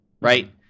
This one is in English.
right